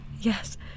Yes